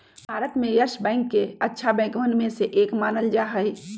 भारत में Yes Bank के अच्छा बैंकवन में से एक मानल जा हई